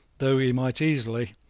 though he might easily,